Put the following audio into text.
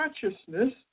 consciousness